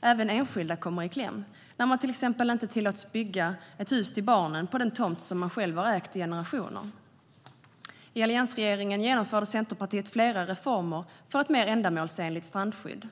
Även enskilda kommer i kläm när de till exempel inte tillåts bygga ett hus till barnen på den tomt de själva har ägt i generationer. I alliansregeringen genomförde Centerpartiet flera reformer för ett mer ändamålsenligt strandskydd.